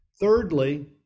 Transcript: Thirdly